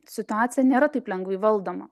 situacija nėra taip lengvai valdoma